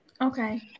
Okay